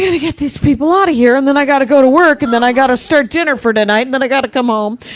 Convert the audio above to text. gotta get these people outta here and then i gotta go to work, and then i gotta start dinner for tonight. then i gotta come home.